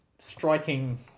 striking